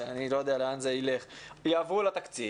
שאני לא יודע לאן זה יילך הם יעברו לתקציב,